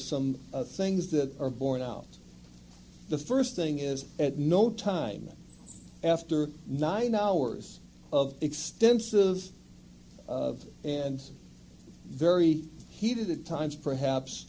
some things that are borne out the first thing is at no time after nine hours of extensive of and very heated at times perhaps